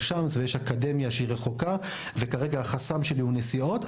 שמס ויש אקדמיה שהיא רחוקה שגורמת לחסם נסיעות,